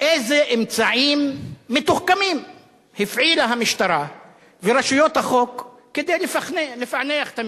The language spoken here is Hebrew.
איזה אמצעים מתוחכמים הפעילו המשטרה ורשויות החוק כדי לפענח את המקרה,